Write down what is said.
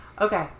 Okay